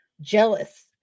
jealous